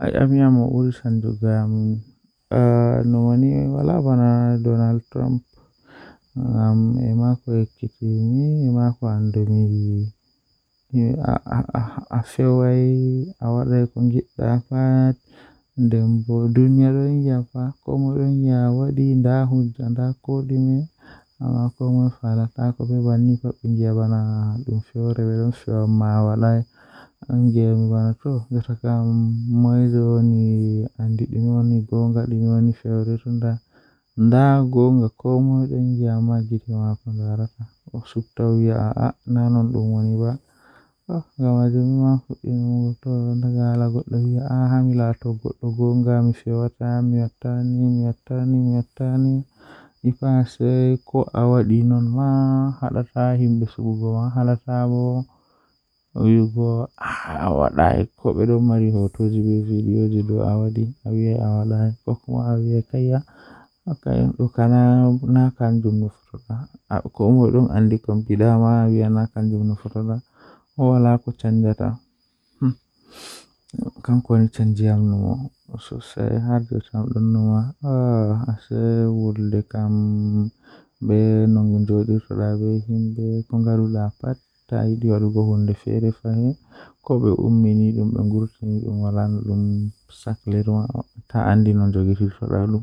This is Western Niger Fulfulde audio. Wallinde jei mi walli kannjum woni Miɗo supporti e charity ngal ko ndiyam jeydi, sabu o waɗi daɗɗo ngam jokkondirɗe e hoore maɓɓe. Mi yiɗi tiiɗde ngam ko o wayi faama ɗum ko maɓɓe foti waɗi e hoore. Miɗo supporti kadi ngam jokkondirɗe, sabu mi ngoni e saama.